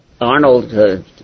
Arnold